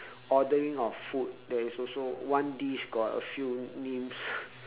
ordering of food there is also one dish got a few names